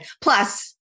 Plus